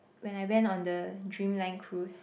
when I went on the Dreamland cruise